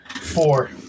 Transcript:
Four